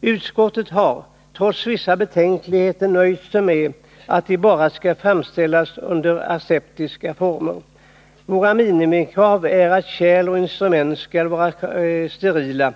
Utskottet har, trots vissa betänkligheter, nöjt sig med kravet att de bara skall framställas under aseptiska former. Våra minimikrav är att kärl och instrument skall vara sterila.